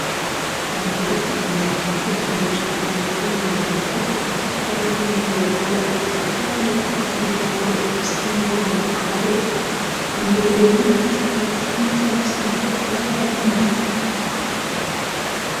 Umugore ufite imisatsi idefirije ku mutwe yambaye ikoti ritukura ririmo imirongo, afite ikaramu arambitse ibiganza ari gusinya mu gitabo imbere y'umucuruzi cyangwa se umukozi wa banki.